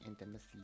intimacy